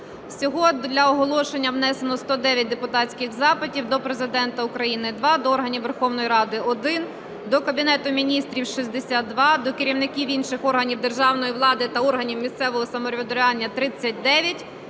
Всього для оголошення внесено 109 депутатських запитів. До Президента України – 2; до органів Верховної Ради – 1; до Кабінету Міністрів України – 62; до керівників інших органів державної влади та органів місцевого самоврядування –